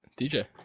DJ